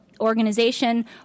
organization